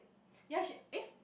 yea she eh